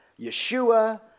Yeshua